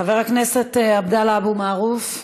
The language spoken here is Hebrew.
חבר הכנסת עבדאללה אבו מערוף.